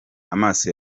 amaso